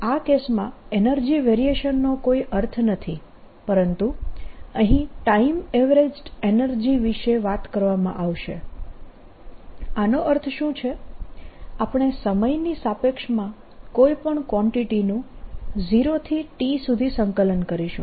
આ કેસમાં energy variation નો કોઈ અર્થ નથી પરંતુ અહીં ટાઈમ એવરેજ્ડ એનર્જી વિશે વાત કરવામાં આવશે અને આનો અર્થ શું છે આપણે સમયની સાપેક્ષમાં કોઈ પણ કવાન્ટીટીનું 0 થી T સુધી સંકલન કરીશું